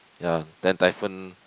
ya then typhoon